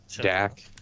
Dak